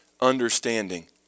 understanding